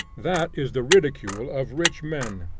that is the ridicule of rich men,